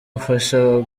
ufasha